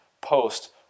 post